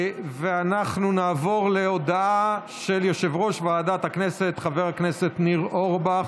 אנחנו נעבור להודעה של יושב-ראש ועדת הכנסת חבר הכנסת ניר אורבך,